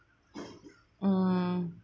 mm